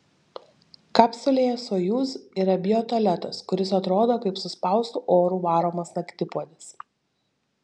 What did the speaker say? kapsulėje sojuz yra biotualetas kuris atrodo kaip suspaustu oru varomas naktipuodis